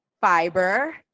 fiber